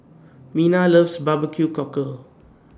Mina loves Barbecue Cockle